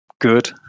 good